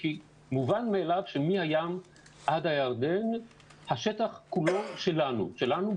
כי מובן מאליו שמהים עד הירדן השטח כולו שלנו שלנו,